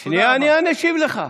רגע, שנייה, אני אשיב לך.